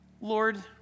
Lord